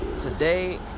today